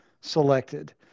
selected